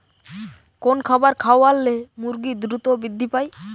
কোন খাবার খাওয়ালে মুরগি দ্রুত বৃদ্ধি পায়?